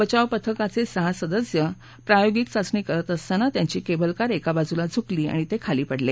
बचाव पथकाचे सहा सदस्य प्रायोगिक चाचणी करत असताना त्यांची केबल कार एका बाजूला झुकली आणि ते खाली पडले